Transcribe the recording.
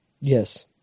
Yes